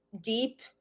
deep